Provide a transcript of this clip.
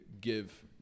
give